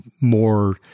more